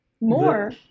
More